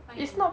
!aiyo!